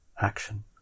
action